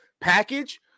package